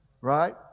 right